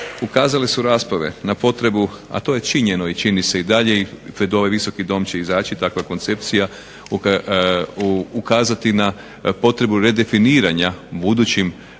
Ukazale su rasprave na potrebu, a to je činjeno i čini se i dalje i pred ovaj Visoki dom će izaći takva koncepcija ukazati na potrebu redefiniranja budućim